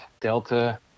Delta